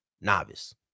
novice